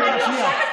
אני מתפלא, מה זה?